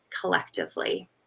collectively